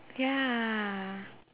ya